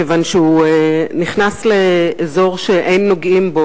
כיוון שהוא נכנס לאזור שאין נוגעים בו,